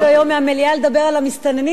ויתרתי אפילו על לדבר על המסתננים,